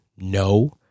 No